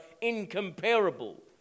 incomparable